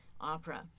opera